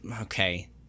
Okay